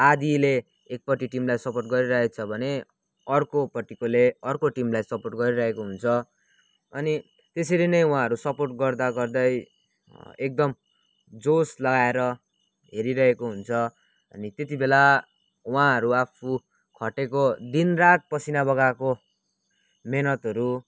आधाले एकपट्टि टिमलाई सपोर्ट गरिरहेछ भने अर्कोपट्टिकोले अर्को टिमलाई सपोर्ट गरिरहेको हुन्छ अनि त्यसरी नै उहाँहरू सपोर्ट गर्दागर्दै एकदम जोस लगाएर हेरिरहेको हुन्छ अनि त्यतिबेला उहाँहरू आफू खटेको दिनरात पसिना बगाएको मेहनतहरू